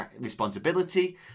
responsibility